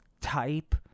type